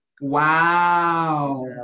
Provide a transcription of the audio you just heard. Wow